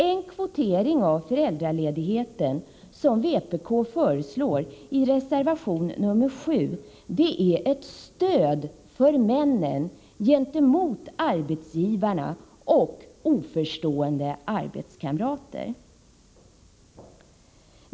En kvotering av föräldraledigheten, som vpk föreslår i reservation nr 7, är ett stöd för männen gentemot arbetsgivarna och oförstående arbetskamrater.